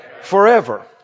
forever